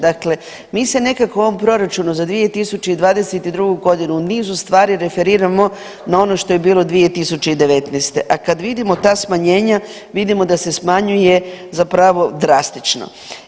Dakle, mi se nekako u ovom proračunu za 2022.g. u nizu stvari referiramo na ono što je bilo 2019., a kad vidimo ta smanjenja vidimo da se smanjuje zapravo drastično.